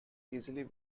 easily